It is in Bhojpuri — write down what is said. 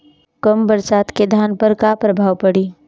कम बरसात के धान पर का प्रभाव पड़ी?